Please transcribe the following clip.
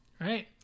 right